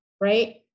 right